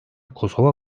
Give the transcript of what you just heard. kosova